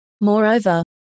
Moreover